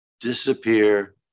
disappear